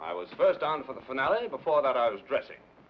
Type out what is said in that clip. i was first on for the finale before that i was addressing